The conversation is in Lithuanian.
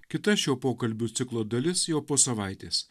kita šio pokalbių ciklo dalis jau po savaitės